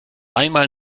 einmal